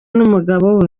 n’umugabo